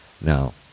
Now